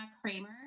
Kramer